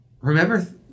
remember